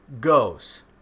goes